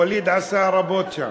ואליד עשה רבות שם.